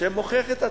השם מוכיח את עצמו,